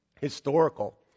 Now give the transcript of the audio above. historical